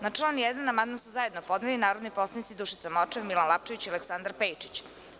Na član 1. amandman su zajedno podneli narodni poslanici Dušica Morčev, Milan Lapčević i Aleksandar Pejčić.